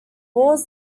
wars